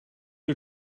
are